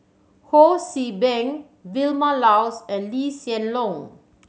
Ho See Beng Vilma Laus and Lee Hsien Loong